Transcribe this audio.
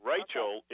Rachel